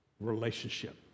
relationship